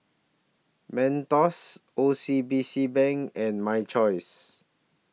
Mentos O C B C Bank and My Choice